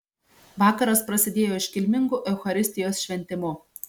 vakaras prasidėjo iškilmingu eucharistijos šventimu